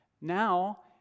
Now